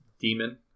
demon